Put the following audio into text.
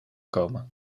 komen